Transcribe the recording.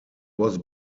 was